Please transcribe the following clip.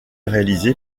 réalisé